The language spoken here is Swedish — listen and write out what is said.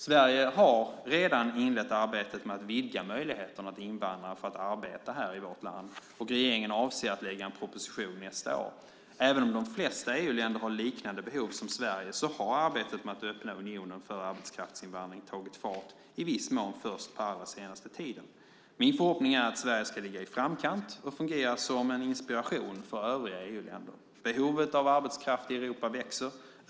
Sverige har redan inlett arbetet med att vidga möjligheterna att invandra för att arbeta här i vårt land, och regeringen avser att lägga fram en proposition nästa år. Även om de flesta EU-länder har liknande behov som Sverige har arbetet med att öppna unionen för arbetskraftsinvandring tagit fart i viss mån först på allra senaste tiden. Min förhoppning är att Sverige ska ligga i framkant och fungera som en inspiration för övriga EU-länder. Behovet av arbetskraft i Europa växer.